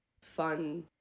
fun